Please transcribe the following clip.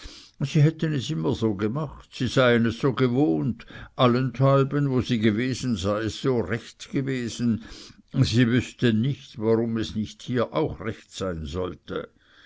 sie hätten es immer so gemacht sie seien es so gewohnt allenthalben wo sie gewesen sei es so recht gewesen sie wüßten nicht warum es hier nicht auch recht sein sollte